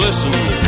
Listen